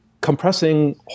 compressing